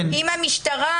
אם המשטרה